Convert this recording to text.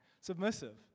Submissive